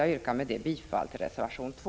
Jag yrkar med detta bifall till reservation 2.